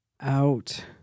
out